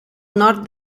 nord